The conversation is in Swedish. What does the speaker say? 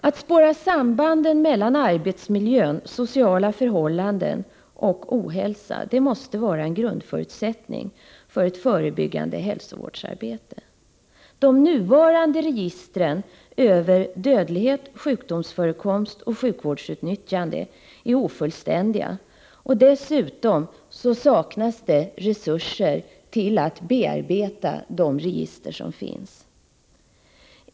Att spåra samband mellan arbetsmiljön, sociala förhållanden och ohälsa måste vara en grundförutsättning för ett förebyggande hälsoarbete. De nuvarande registren över dödlighet, sjukdomsförekomst och sjukvårdsutnyttjande är ofullständiga, och dessutom saknas det resurser till att bearbeta de register som finns.